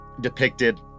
depicted